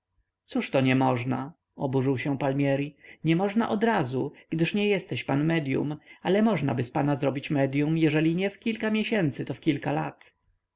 że mnie nie można zamagnetyzować coto jest niemożna oburzył się palmieri niemożna odrazu gdyż nie jesteś pan medyum ale możnaby z pana zrobić medyum jeżeli nie w kilka miesięcy to w kilka lat